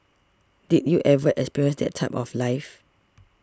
did you ever experience that type of life